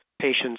patients